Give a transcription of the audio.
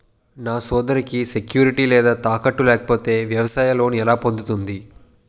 నా సోదరికి సెక్యూరిటీ లేదా తాకట్టు లేకపోతే వ్యవసాయ లోన్ ఎలా పొందుతుంది?